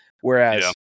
Whereas